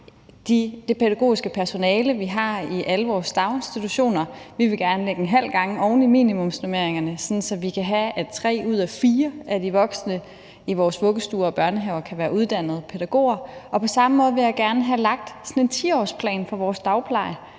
det pædagogiske personale, vi har i alle vores daginstitutioner. Vi vil gerne lægge en halv gang oven i minimumsnormeringerne, sådan at vi kan have, at tre ud af fire af de voksne i vores vuggestuer og børnehaver kan være uddannede pædagoger, og på samme måde vil jeg gerne have lagt en 10-årsplan for vores dagpleje,